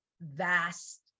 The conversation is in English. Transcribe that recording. vast